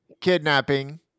kidnapping